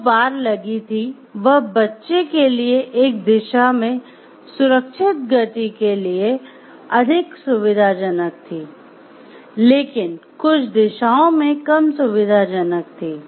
जो बार लगी थी वह बच्चे के लिए एक दिशा में सुरक्षित गति के लिए अधिक सुविधाजनक थी लेकिन कुछ दिशाओं में कम सुविधाजनक थी